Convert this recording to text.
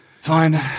fine